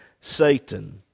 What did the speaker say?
Satan